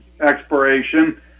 expiration